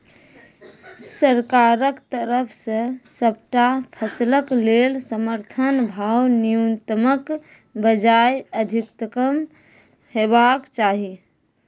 सरकारक तरफ सॅ सबटा फसलक लेल समर्थन भाव न्यूनतमक बजाय अधिकतम हेवाक चाही?